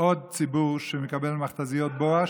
עוד ציבור שמקבל מכת"זיות בואש.